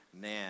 man